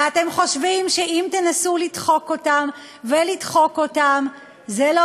ואתם חושבים שאם תנסו לדחוק אותם ולדחוק אותם זה לא